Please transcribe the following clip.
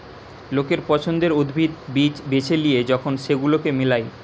লোকের পছন্দের উদ্ভিদ, বীজ বেছে লিয়ে যখন সেগুলোকে মিলায়